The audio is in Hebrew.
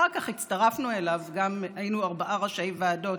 אחר כך הצטרפנו אליו, היינו ארבעה ראשי ועדות